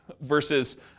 Versus